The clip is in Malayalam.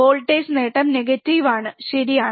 വോൾട്ടേജ് നേട്ടം നെഗറ്റീവ് ആണ് ശരിയാണ്